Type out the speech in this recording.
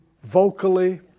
vocally